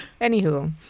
Anywho